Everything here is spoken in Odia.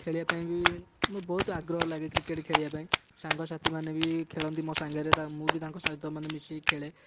ଖେଳିବାପାଇଁ ବି ମୁଁ ବହୁତ ଆଗ୍ରହ ଲାଗେ କ୍ରିକେଟ ଖେଳିବାପାଇଁ ସଙ୍ଗସାଥୀମାନେ ବି ଖେଳନ୍ତି ମୋ ସାଙ୍ଗରେ ମୁଁ ବି ତାଙ୍କ ସହିତ ମାନେ ମିଶିକି ଖେଳେ